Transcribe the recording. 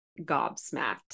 gobsmacked